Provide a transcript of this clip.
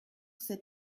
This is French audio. cette